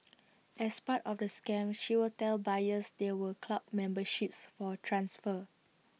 as part of the scam she would tell buyers there were club memberships for transfer